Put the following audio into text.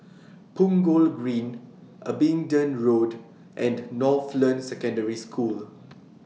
Punggol Green Abingdon Road and Northland Secondary School